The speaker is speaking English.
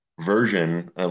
version